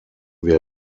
wir